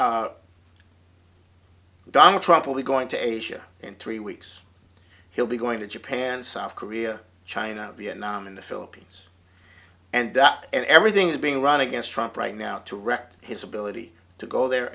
donald trump will be going to asia in three weeks he'll be going to japan south korea china vietnam and the philippines and that everything is being run against trump right now to record his ability to go there